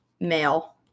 male